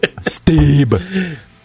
steve